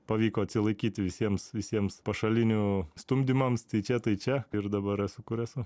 pavyko atsilaikyt visiems visiems pašalinių stumdymams tai čia tai čia ir dabar esu kur esu